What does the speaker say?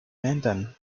mandan